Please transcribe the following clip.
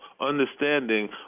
understanding